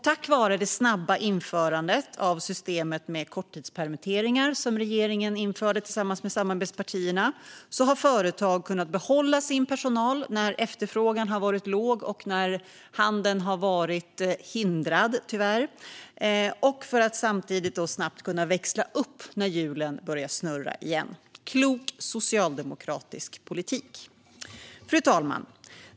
Tack vare det snabba införandet av systemet med korttidspermitteringar, som regeringen införde tillsammans med samarbetspartierna, har företag kunnat behålla sin personal när efterfrågan har varit låg och när handeln tyvärr har varit hindrad. Samtidigt kan man snabbt växla upp när hjulen börjar snurra igen. Det är klok socialdemokratisk politik. Fru talman!